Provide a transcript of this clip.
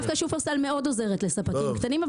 דווקא שופרסל מאוד עוזרת לספקים קטנים.